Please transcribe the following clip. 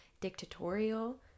dictatorial